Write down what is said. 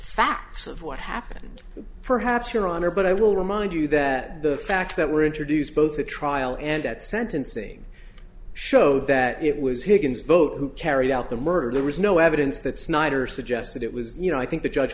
facts of what happened perhaps your honor but i will remind you that the facts that were introduced both the trial and at sentencing showed that it was higgins boat who carried out the murder there was no evidence that snyder suggested it was you know i think the judge